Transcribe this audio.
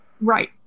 Right